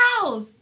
House